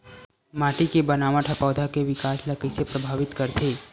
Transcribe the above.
माटी के बनावट हा पौधा के विकास ला कइसे प्रभावित करथे?